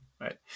right